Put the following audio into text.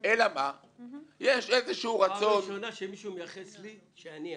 פעם ראשונה שמישהו מייחס לי שאני העם...